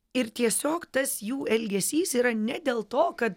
ir tiesiog tas jų elgesys yra ne dėl to kad